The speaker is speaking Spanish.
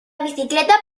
bicicleta